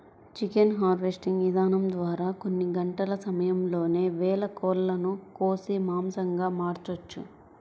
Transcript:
chicken harvesting ఇదానం ద్వారా కొన్ని గంటల సమయంలోనే వేల కోళ్ళను కోసి మాంసంగా మార్చొచ్చు